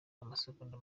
amasegonda